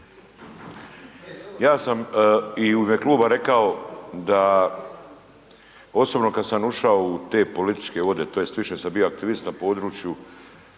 Ja sam i u ime kluba rekao da osobno kad sam ušao u te političke vode tj. više sam bio aktivist na području